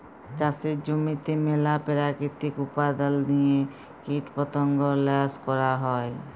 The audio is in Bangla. চাষের জমিতে ম্যালা পেরাকিতিক উপাদাল দিঁয়ে কীটপতঙ্গ ল্যাশ ক্যরা হ্যয়